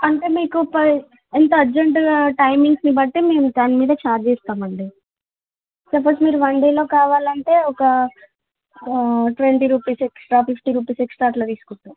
అంటే మీకు ఇంత అర్జెంటుగా టైమింగ్స్ని బట్టి మేము దాని మీద చార్జ్ వేస్తాం అండి సపోస్ మీరు వన్ డేలో కావాలంటే ఒక twenty rupees extra fifty rupees extra అట్ల తీసుకుంటాం